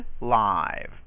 live